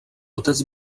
otec